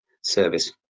service